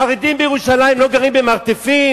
החרדים בירושלים לא גרים במרתפים?